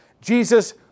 Jesus